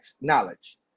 knowledge